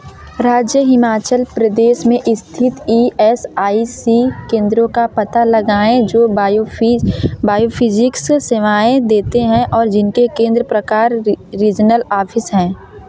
राज्य हिमाचलप्रदेश में स्थित ई एस आई सी केंद्रों का पता लगाएँ जो बायोफ़ि बायो फ़िज़िक्स सेवाएँ देते हैं और जिनके केंद्र प्रकार रीजनल ऑफ़िस हैं